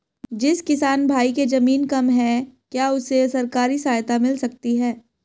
जिस किसान भाई के ज़मीन कम है क्या उसे सरकारी सहायता मिल सकती है?